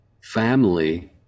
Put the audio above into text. family